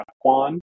Kwan